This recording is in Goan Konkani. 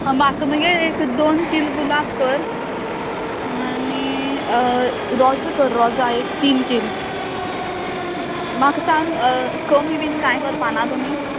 म्हाका मगे एक दोन कील गुलाब कर आनी रोजां कर रोजां एक तीन कील म्हाका सांग कमी बीन कांय करपा ना तुमी